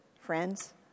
friends